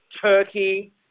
Turkey